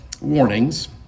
warnings